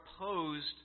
opposed